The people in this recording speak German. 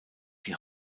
die